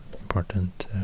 important